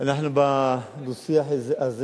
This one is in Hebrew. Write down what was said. אנחנו בדו-שיח הזה